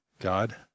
God